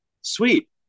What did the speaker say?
Sweet